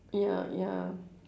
ya ya